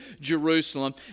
Jerusalem